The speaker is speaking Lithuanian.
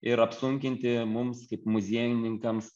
ir apsunkinti mums kaip muziejininkams